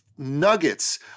nuggets